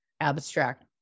abstract